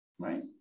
Right